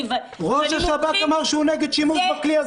מומחית -- ראש השב"כ אמר שהוא נגד שימוש בכלי הזה.